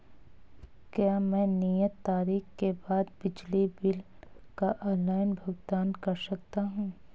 क्या मैं नियत तारीख के बाद बिजली बिल का ऑनलाइन भुगतान कर सकता हूं?